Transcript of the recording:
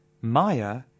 Maya